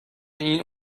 این